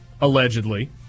allegedly